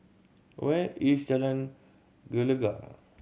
where is Jalan Gelegar